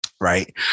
right